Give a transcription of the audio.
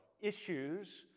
issues